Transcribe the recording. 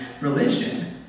religion